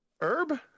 herb